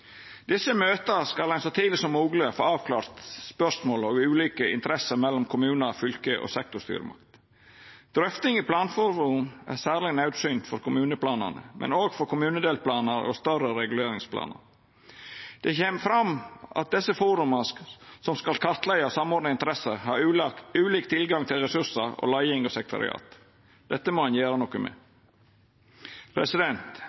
desse møta skal ein så tidleg som mogleg få avklart spørsmål om ulike interesser mellom kommunar, fylke og sektorstyresmakter. Drøfting i planforum er særleg naudsynt for kommuneplanane, men òg for kommunedelplanar og større reguleringsplanar. Det kjem fram at desse foruma, som skal kartleggja og samordna interesser, har ulik tilgang til ressursar, leiing og sekretariat. Dette må ein gjera noko med.